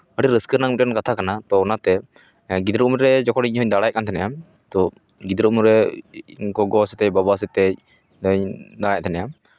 ᱟᱹᱰᱤ ᱨᱟᱹᱥᱠᱟᱹ ᱨᱮᱱᱟᱝ ᱠᱟᱛᱷᱟ ᱠᱟᱱᱟ ᱛᱚ ᱚᱱᱟᱛᱮ ᱜᱤᱫᱽᱨᱟᱹ ᱩᱢᱟᱹᱨ ᱨᱮ ᱡᱚᱠᱷᱚᱱ ᱤᱧ ᱦᱚᱧ ᱫᱟᱬᱟᱭᱮᱜ ᱠᱟᱱ ᱛᱟᱦᱮᱱᱟ ᱛᱚ ᱜᱤᱫᱽᱨᱟᱹ ᱩᱢᱟᱹᱨ ᱨᱮ ᱤᱧ ᱜᱚᱜᱚ ᱥᱟᱛᱮᱜ ᱤᱧ ᱵᱟᱵᱟ ᱥᱟᱛᱮᱜ ᱫᱚᱧ ᱫᱟᱬᱟᱭᱮᱫ ᱛᱟᱦᱮᱱᱟ